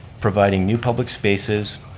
providing new public spaces,